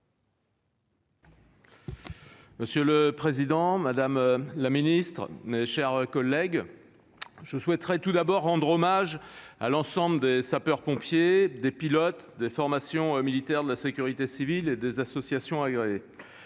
Monsieur le président, madame la ministre, mes chers collègues, je souhaiterais, en préambule de mon intervention, rendre hommage à l'ensemble des sapeurs-pompiers, des pilotes et des formations militaires de la sécurité civile et des associations agréées